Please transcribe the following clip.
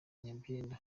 nyabyenda